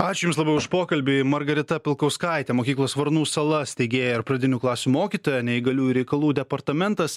ačiū jums labai už pokalbį margarita pilkauskaitė mokyklos varnų sala steigėja ir pradinių klasių mokytoja neįgaliųjų reikalų departamentas